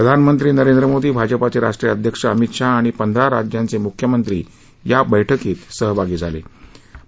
प्रधानमंत्री नरेंद्र मोदी भाजपाचे राष्ट्रीय अध्यक्ष अमित शहा आणि पंधरा राज्यांचे मुख्यमंत्री या बैठकीत सहभागी झाले होते